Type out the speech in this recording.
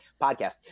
podcast